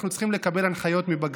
אנחנו צריכים לקבל הנחיות מבג"ץ.